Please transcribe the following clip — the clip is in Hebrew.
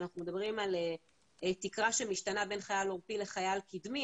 שאנחנו מדברים על תקרה שמשתנה בין חייל עורפי לחייל קדמי,